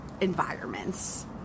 environments